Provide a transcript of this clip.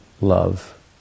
love